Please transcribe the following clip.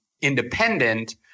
independent